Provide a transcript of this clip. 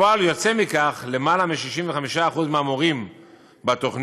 כפועל יוצא מכך, יותר מ-65% מהמורים בתוכנית